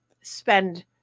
spend